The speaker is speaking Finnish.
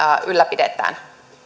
ylläpidetään